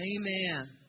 amen